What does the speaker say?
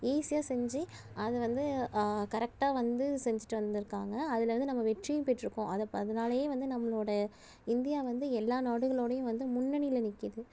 ஈஸியா செஞ்சி அத வந்து கரெக்டா வந்து செஞ்சிட்டு வந்துருக்காங்க அதுல வந்து நம்ப வெற்றியும் பெற்றிருக்கோம் அதை அதனாலையே வந்து நம்மளோட இந்தியா வந்து எல்லா நாடுகளோடையும் வந்து முன்னணியில நிற்குது